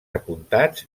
apuntats